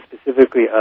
specifically